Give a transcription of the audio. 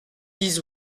dix